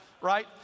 Right